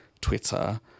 Twitter